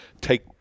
take